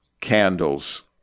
candles